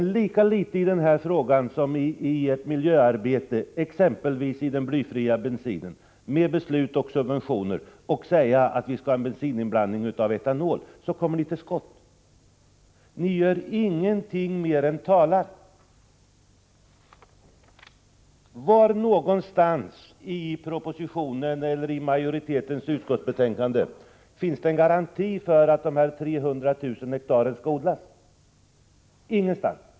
Men lika litet i denna fråga som i ert miljöarbete — exempelvis beträffande den blyfria bensinen och beslutet om subventioner och om inblandning av etanol i bensinen — kommer ni till skott. Ni gör ingenting annat än talar. Var i propositionen eller i utskottets majoritetsskrivning finns det en garanti för att dessa 300 000 hektar skall odlas? Ingenstans!